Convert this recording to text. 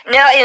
Now